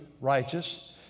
Righteous